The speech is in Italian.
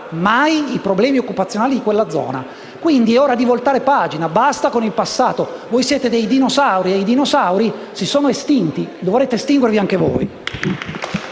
mai i problemi occupazionali di quella zona. Quindi è ora di voltare pagina, basta con il passato. Voi siete dei dinosauri, e i dinosauri si sono estinti; dovrete estinguervi anche voi.